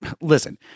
listen